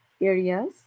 areas